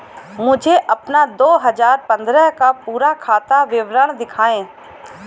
मुझे अपना दो हजार पन्द्रह का पूरा खाता विवरण दिखाएँ?